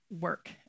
work